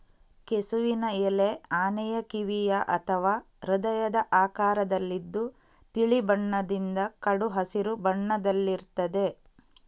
ಕೆಸುವಿನ ಎಲೆ ಆನೆಯ ಕಿವಿಯ ಅಥವಾ ಹೃದಯದ ಆಕಾರದಲ್ಲಿದ್ದು ತಿಳಿ ಬಣ್ಣದಿಂದ ಕಡು ಹಸಿರು ಬಣ್ಣದಲ್ಲಿರ್ತದೆ